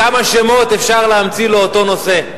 כמה שמות אפשר להמציא לאותו נושא?